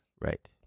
Right